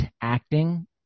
acting